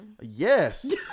yes